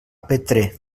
petrer